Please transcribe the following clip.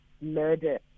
murder